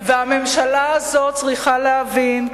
והממשלה הזאת צריכה להבין,